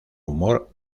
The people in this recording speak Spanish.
humor